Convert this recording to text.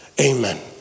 amen